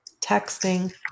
texting